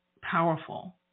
powerful